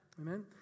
Amen